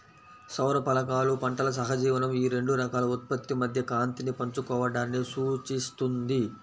సౌర ఫలకాలు పంటల సహజీవనం ఈ రెండు రకాల ఉత్పత్తి మధ్య కాంతిని పంచుకోవడాన్ని సూచిస్తుంది